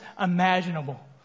imaginable